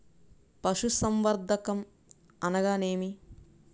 పశుసంవర్ధకం అనగానేమి?